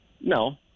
No